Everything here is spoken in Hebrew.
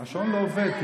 השעון לא עובד.